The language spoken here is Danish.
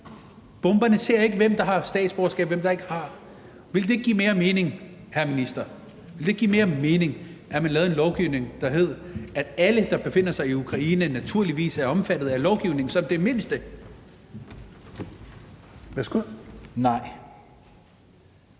Bomberne ser ikke, hvem der har statsborgerskab, og hvem der ikke har. Ville det ikke give mere mening, hr. minister, ville det ikke give mere mening, at man lavede en lovgivning, der sagde, at alle, der befinder sig i Ukraine, naturligvis er omfattet af lovgivningen som det mindste? Kl.